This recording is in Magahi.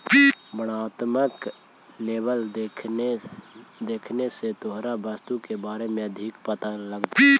वर्णात्मक लेबल देखने से तोहरा वस्तु के बारे में अधिक पता लगतो